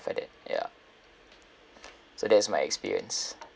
like that so that's my experience